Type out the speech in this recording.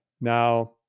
Now